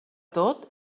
tot